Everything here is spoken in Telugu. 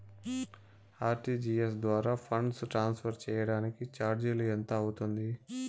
ఆర్.టి.జి.ఎస్ ద్వారా ఫండ్స్ ట్రాన్స్ఫర్ సేయడానికి చార్జీలు ఎంత అవుతుంది